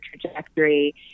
trajectory